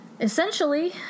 Essentially